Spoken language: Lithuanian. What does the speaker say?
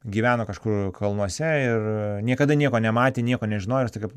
gyveno kažkur kalnuose ir niekada nieko nematė nieko nežinojo ir staiga